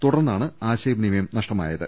തുടർന്നാണ് ആശയവിനിമയം നഷ്ടമായ ത്